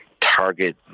target